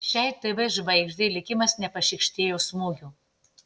šiai tv žvaigždei likimas nepašykštėjo smūgių